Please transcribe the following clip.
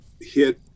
hit